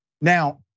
Now